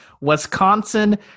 wisconsin